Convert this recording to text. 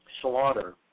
slaughter